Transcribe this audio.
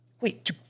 wait